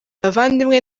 bavandimwe